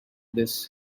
this